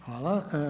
Hvala.